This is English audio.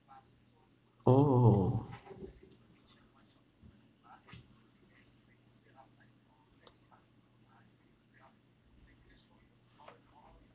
oh